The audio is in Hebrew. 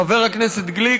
חבר הכנסת גליק,